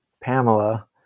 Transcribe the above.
Pamela